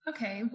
Okay